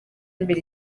imbere